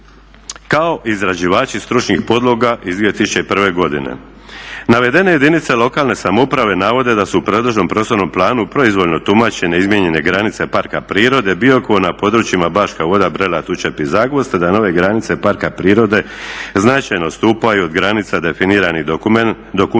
kao izrađivači stručnih podloga iz 2001. godine. Navedene jedinice lokalne samouprave navode da su u predloženom prostornom planu proizvoljno tumačene izmijenjene granice Parka prirode Biokovo na područjima Baška Voda, Brela, Tučepi i Zagvozd, a da nove granice parka prirode značajno odstupaju od granica definiranih dokumentima